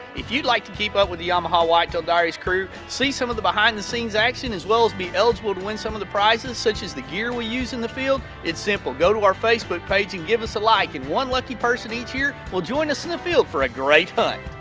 if you'd like to keep up with the yamaha whitetail diaries crew, see some of the behind the scenes action as well as be eligible to win some of the prizes such as the gear that we use in the field, it's simple. go to our facebook page and give us a like. and one lucky person each year will join us in the field for a great hunt.